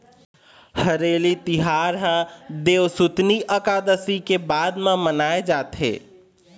हरेली तिहार ह देवसुतनी अकादसी के बाद म मनाए जाथे